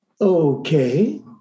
okay